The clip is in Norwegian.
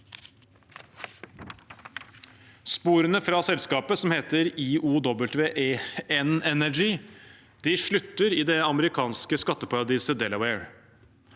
Sporene fra selskapet, som heter IOWN Energy, slutter i det amerikanske skatteparadiset Delaware.